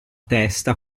testa